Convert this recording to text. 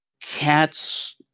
cats